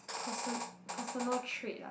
person~ personal trait ah